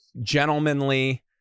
gentlemanly